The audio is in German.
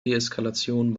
deeskalation